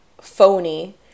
phony